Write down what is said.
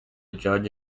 judge